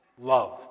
love